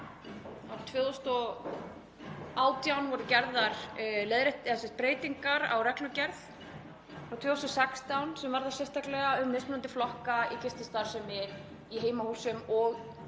2016 voru gerðar breytingar á reglugerð sem varða sérstaklega mismunandi flokka gististarfsemi í heimahúsum